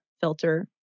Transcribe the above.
filter